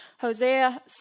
Hosea